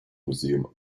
museum